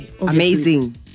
Amazing